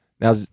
Now